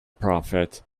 prophet